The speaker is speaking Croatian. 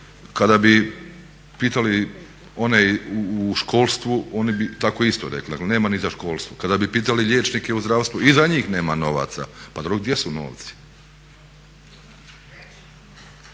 kada bi pitali one u školstvu oni bi tako isto rekli, dakle nema ni za školstvo. Kada bi pitali liječnike u zdravstvu i za njih nema novaca. Pa dobro gdje su novci?